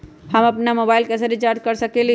हम अपन मोबाइल कैसे रिचार्ज कर सकेली?